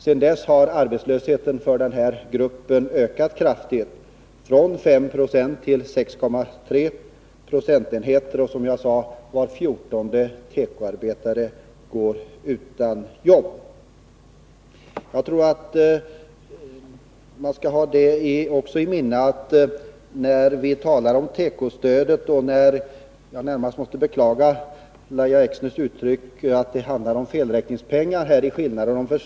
Sedan dess har arbetslösheten för denna grupp ökat kraftigt, från 5 9 till 6,3 76. Som jag sade går var fjortonde tekoarbetare utan arbete. När vi talar om tekostödet vill jag beklaga Lahja Exners uttryck att skillnaden mellan förslagen kan betraktas som felräkningspengar.